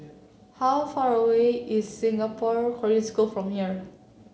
how far away is Singapore Korean School from here